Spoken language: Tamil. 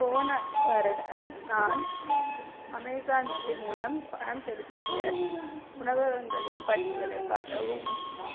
போன வருடம் நான் அமேசான் பே மூலம் பணம் செலுத்திய உணவகங்களின் பட்டியலைக் காட்டவும்